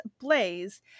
blaze